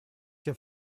have